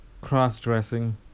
cross-dressing